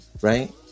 right